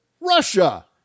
Russia